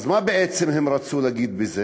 מה בעצם הם רצו להגיד בזה?